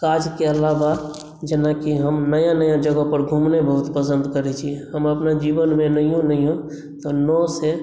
काज केला बाद जेनाकि हम नया नया जगह पर घुमनाई बहुत पसन्द करै छी हम अपना जीवनमे नहियो नहियो नओ से